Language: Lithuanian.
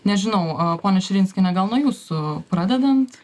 nežinau ponia širinskiene gal nuo jūsų pradedant